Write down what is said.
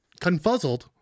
confuzzled